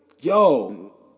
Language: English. yo